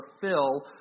fulfill